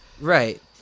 Right